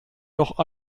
noch